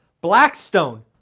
Blackstone